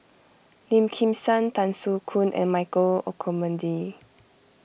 Lim Kim San Tan Soo Khoon and Michael Olcomendy